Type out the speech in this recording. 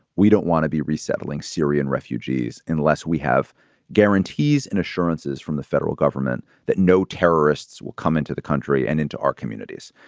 we don't want to be resettling syrian refugees unless we have guarantees and assurances from the federal government that no terrorists will come into the country and into our communities.